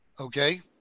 okay